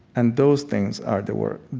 and those things are the work.